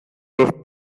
los